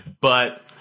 But-